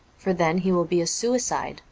for then he will be a suicide,